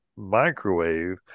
Microwave